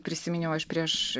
prisiminiau aš prieš